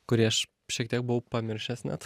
kurį aš šiek tiek buvau pamiršęs net